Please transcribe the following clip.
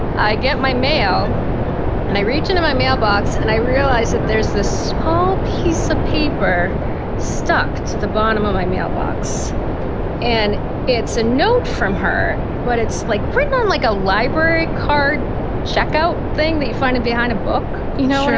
i get my mail and i reach into my mailbox and i realize that there's this small piece of paper stuck to the bottom of my mailbox and it's a note from her but it's like written on like a library card checkout thing that you find it behind a book, you know,